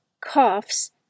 coughs